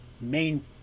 main